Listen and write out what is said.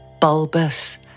bulbous